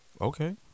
Okay